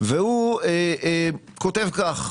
והוא כותב כך: